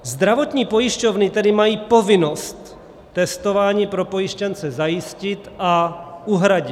Zdravotní pojišťovny tedy mají povinnost testování pro pojištěnce zajistit a uhradit.